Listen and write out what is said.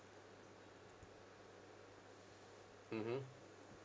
mmhmm